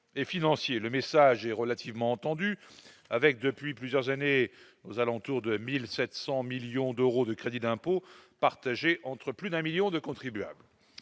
le message est relativement entendu avec depuis plusieurs années aux alentours de 1000 700 millions d'euros de crédits d'impôt partagé entre plus d'un 1000000 de contribuables,